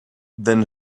then